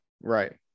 Right